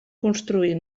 construir